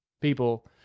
people